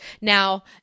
Now